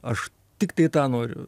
aš tiktai tą noriu